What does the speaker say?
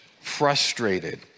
frustrated